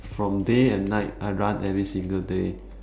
from day and night I run every single day